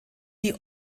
die